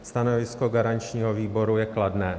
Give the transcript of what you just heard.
Stanovisko garančního výboru je kladné.